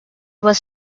was